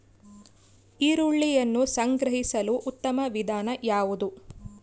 ಈರುಳ್ಳಿಯನ್ನು ಸಂಗ್ರಹಿಸಲು ಉತ್ತಮ ವಿಧಾನ ಯಾವುದು?